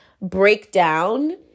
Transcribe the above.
breakdown